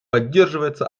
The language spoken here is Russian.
поддерживается